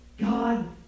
God